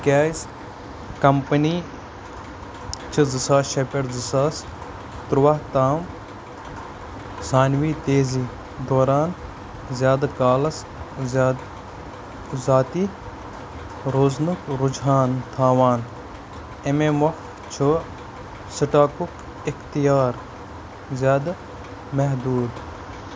تِکیٛازِ کمپٔنی چھِ زٕ ساس شیٚے پٮ۪ٹھ زٕ ساس تُروہ تام ثانوی تیزی دوران زِیٛادٕ کالَس زیادٕ ذٲتی روزنُک رجحان تھاوان، اَمے مۄکھٕ چھُ سٹاکُک اختیار زِیٛادٕ محدوٗد